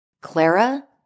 Clara